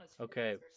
Okay